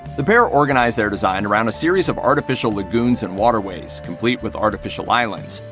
the pair organized their design around a series of artificial lagoons and waterways, complete with artificial islands.